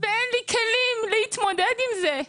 ואין לי כלים להתמודד עם זה.